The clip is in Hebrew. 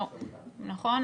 לא, נכון?